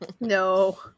no